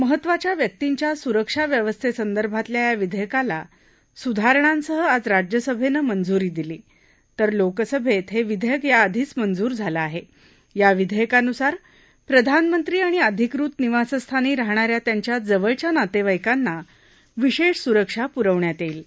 महत्वाच्या व्यक्तींच्या सुरक्षा व्यवस्थस्प्रिभातल्या या विध्यक्राला सुधारणांसह आज राज्यसभा मंजुरी दिली तर लोकसभा ह विधयक्रि याआधीच मंजूर झालं आह विधयक्रिनुसार प्रधानमंत्री आणि अधिकृत निवासस्थानी राहणाऱ्या त्यांच्या जवळच्या नातर्ताईकांना विश्व सुरक्षा पुरवण्यात यईंक्रि